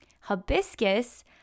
hibiscus